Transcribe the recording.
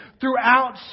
throughout